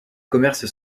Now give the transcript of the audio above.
commerces